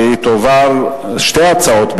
שתי הצעות,